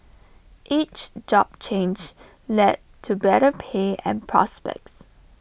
each job change led to better pay and prospects